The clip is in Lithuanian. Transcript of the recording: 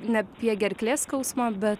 ne apie gerklės skausmą bet